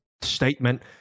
statement